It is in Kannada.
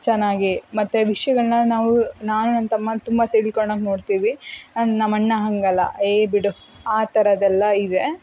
ಚೆನ್ನಾಗಿ ಮತ್ತೆ ವಿಷಯಗಳ್ನ ನಾವು ನಾನು ನನ್ನ ತಮ್ಮ ತುಂಬ ತಿಳ್ಕೊಳ್ಳೋಕೆ ನೋಡ್ತೀವಿ ಆ್ಯಂಡ್ ನಮ್ಮಣ್ಣ ಹಾಗಲ್ಲ ಏ ಬಿಡು ಆ ಥರದ್ದೆಲ್ಲ ಇದೆ